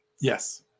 Yes